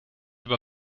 über